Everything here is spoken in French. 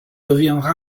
deviendra